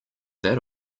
that